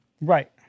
Right